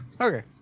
Okay